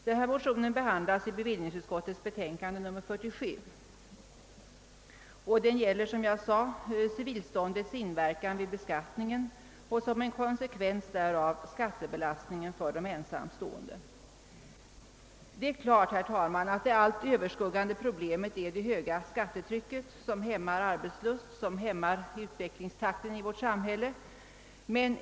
Denna motion behandlas i bevillningsutskottets betänkande nr 47 och gäller civilståndets inverkan vid beskattningen och den skattebelastning för de ensamstående som är en konsekvens därav. Det är klart, herr talman, att det allt överskuggande problemet är det stora skattetrycket som hämmar arbetslusten och utvecklingstakten i vårt samhälle.